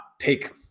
take